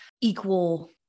equal